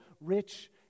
rich